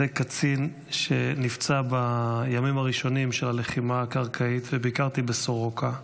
קצין שנפצע בימים הראשונים של הלחימה הקרקעית ביקרתי בסורוקה,